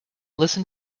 listen